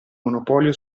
monopolio